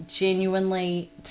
genuinely